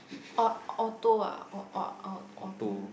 orh auto ah orh ah orh auto